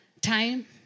time